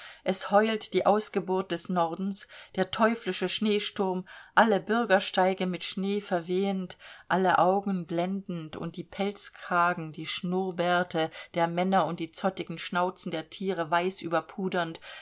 es heult die ausgeburt des nordens der teuflische schneesturm alle bürgersteige mit schnee verwehend alle augen blendend und die pelzkragen die schnurrbärte der männer und die zottigen schnauzen der tiere weiß